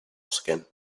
skin